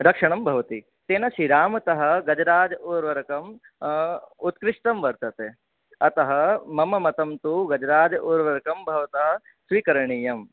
रक्षणं भवति तेन श्रीरामतः गजराज उर्वरकम् उत्कृष्टं वर्तते अतः मम मतं तु गजराज उर्वरकम् भवतः स्वीकरणीयम्